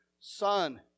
Son